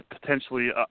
potentially